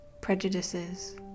prejudices